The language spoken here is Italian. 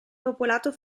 popolato